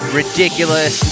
ridiculous